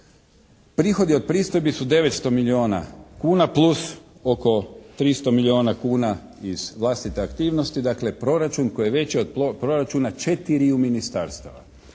Prihodi od pristojbi su 900 milijona kuna plus oko 300 milijona kuna iz vlastite aktivnosti. Dakle, proračun koji je veći od proračuna četiriju ministarstava.